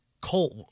Colt